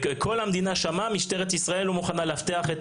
כל המדינה שמעה, משטרת ישראל לא מוכנה לאבטח את